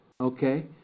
Okay